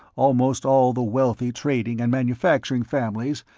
almost all the wealthy trading and manufacturing families,